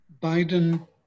Biden